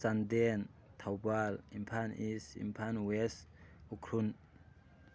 Chandel Thoubal Imphal east Imphal west Ukhrul